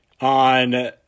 on